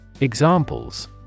Examples